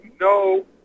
no